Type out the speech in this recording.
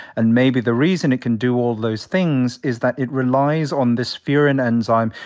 and maybe the reason it can do all those things is that it relies on this furin enzyme,